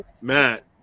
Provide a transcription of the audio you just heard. Matt